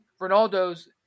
Ronaldo's